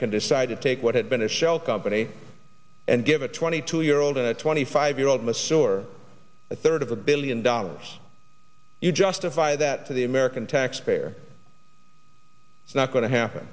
decide to take what had been a shell company and give a twenty two year old and a twenty five year old mature a third of a billion dollars you justify that to the american taxpayer it's not going to happen